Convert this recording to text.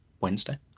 wednesday